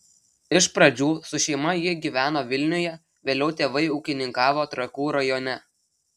iš pradžių su šeima ji gyveno vilniuje vėliau tėvai ūkininkavo trakų rajone